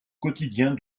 quotidien